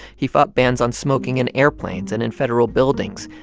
he fought bans on smoking in airplanes and in federal buildings.